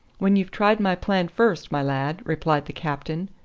when you've tried my plan first, my lad, replied the captain.